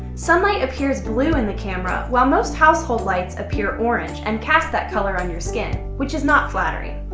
sunlight appears blue in the camera while most household lights appear orange and cast that color on your skin, which is not flattering.